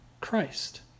Christ